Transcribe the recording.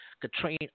Katrina